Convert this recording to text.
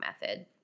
Method